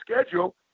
schedule